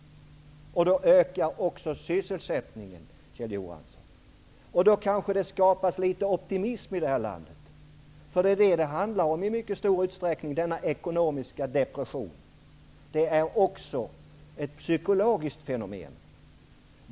Då ökar också sysselsättningen, och det kanske skapas litet optimism i det här landet. Det är det som denna ekonomiska depression i stor utsträckning handlar om. Det är också ett psykologiskt fenomen.